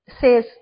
says